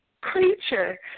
creature